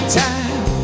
time